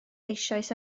eisoes